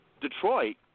Detroit